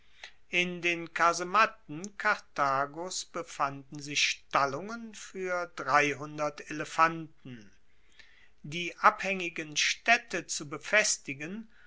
in den kasematten karthagos befanden sich stallungen fuer elefanten die abhaengigen staedte zu befestigen